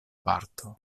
parto